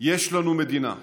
יש לנו מדינה,